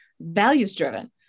values-driven